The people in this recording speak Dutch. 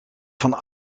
van